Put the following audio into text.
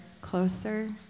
closer